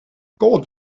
gold